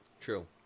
True